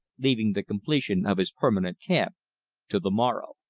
leaving the completion of his permanent camp to the morrow.